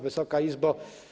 Wysoka Izbo!